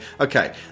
okay